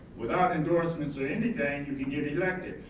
without endorsements or anything and you could get elected.